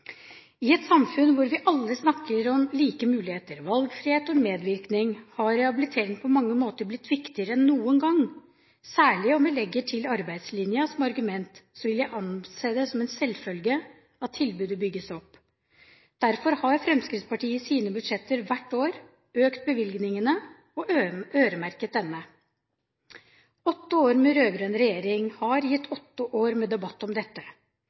I et samfunn hvor vi alle snakker om like muligheter, valgfrihet og medvirkning, har rehabilitering på mange måter blitt viktigere enn noen gang. Særlig om vi legger til arbeidslinjen som argument, vil jeg anse det som en selvfølge at tilbudet bygges opp. Derfor har Fremskrittspartiet i sine budsjetter hvert år økt bevilgningene og øremerket dette. Åtte år med rød-grønn regjering har gitt åtte år med debatt om dette.